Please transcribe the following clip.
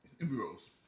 embryos